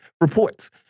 reports